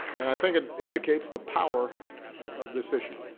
and i think it indicates the power of this issue